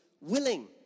willing